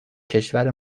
کشور